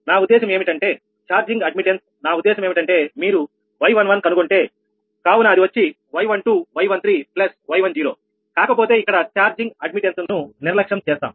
నా ఉద్దేశం ఏమిటంటే ఛార్జింగ్ అడ్మిట్టన్స్ నా ఉద్దేశం ఏమిటంటే మీరు 𝑌11 కనుగొంటేకాబట్టి అది వచ్చి 𝑦12𝑦13 𝑦10 కాకపోతే ఇక్కడ ఛార్జింగ్ అడ్మిట్టన్స్ ను నిర్లక్ష్యం చేస్తాం